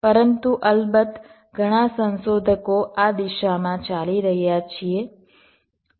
પરંતુ અલબત્ત ઘણા સંશોધકો આ દિશામાં ચાલી રહ્યા છે